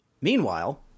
Meanwhile